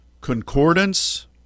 concordance